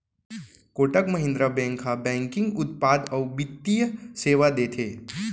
Kotak Mahindra bank ह banking उत्पाद अउ बित्तीय सेवा देथे